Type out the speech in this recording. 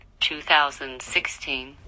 2016